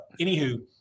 anywho